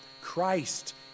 Christ